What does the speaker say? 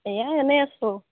এই এনে আছোঁ